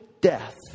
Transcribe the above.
death